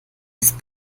ist